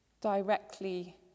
directly